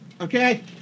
Okay